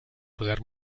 poder